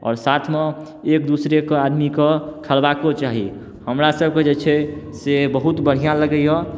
आओर साथमे एक दूसरे कऽ आदमी कऽ खेलबाको चाही हमरासब कऽ जे छै से बहुत बढ़िआँ लगैया